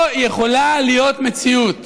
לא יכולה להיות מציאות